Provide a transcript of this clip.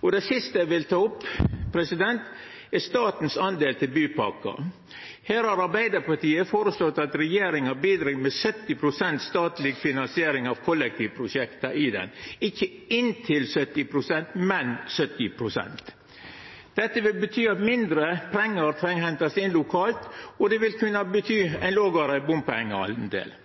Det siste eg vil ta opp, er det statlege bidraget til bypakken. Her har Arbeidarpartiet føreslått at regjeringa bidreg med 70 pst. statleg finansiering av kollektivprosjekta – ikkje inntil 70 pst., men 70 pst. Dette vil bety at mindre pengar treng å hentast inn lokalt, og det vil kunne bety ein lågare